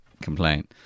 complain